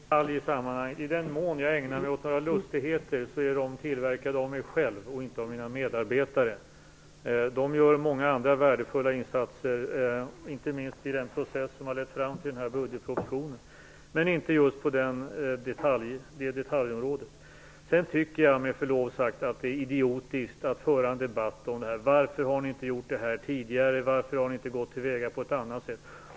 Fru talman! Först en detalj i sammanhanget: i den mån jag ägnar mig åt några lustigheter är de tillverkade av mig själv och inte av mina medarbetare. De gör många andra värdefulla insatser, inte minst i den process som har lett fram till den här propositionen. Men det gäller inte just på det här detaljområdet. Jag tycker med förlov sagt att det är idiotiskt att föra en debatt om varför vi inte har gjort det här tidigare och varför vi inte har gått till väga på ett annat sätt.